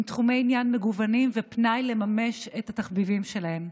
עם תחומי עניין מגוונים ופנאי לממש את התחביבים שלהם.